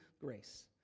grace